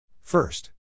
First